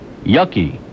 yucky